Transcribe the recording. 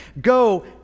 Go